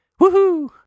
Woohoo